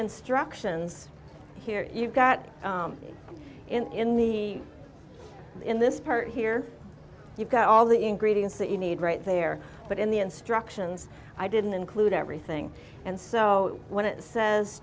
instructions here you've got me in the in this part here you've got all the ingredients that you need right there but in the instructions i didn't include everything and so when it says